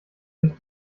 sich